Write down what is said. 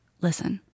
listen